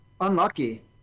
unlucky